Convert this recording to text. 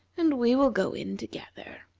and we will go in together.